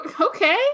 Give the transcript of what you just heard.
okay